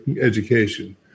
education